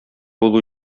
булу